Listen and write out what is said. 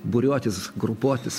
būriuotis grupuotis